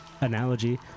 analogy